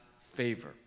favor